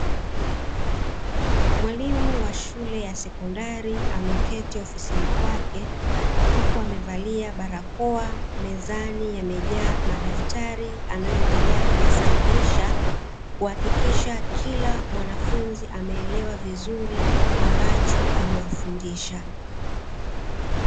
Mwalimu wa shule ya sekondari ameketi ofisini kwake huku amevalia barakoa mezani yamejaa madaftari anayoendelea kuyasahihisha, kuhakikisha kila mwanafunzi ameelewa vizuri ambacho amewafundisha.